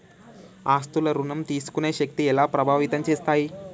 ఆస్తుల ఋణం తీసుకునే శక్తి ఎలా ప్రభావితం చేస్తాయి?